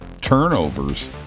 turnovers